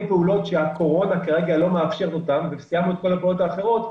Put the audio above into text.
פעולות שהקורונה כרגע לא מאפשרת אותן וסיימנו את כל הפעולות האחרות,